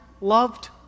loved